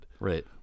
Right